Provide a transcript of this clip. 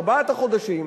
ארבעת החודשים,